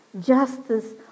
justice